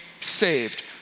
saved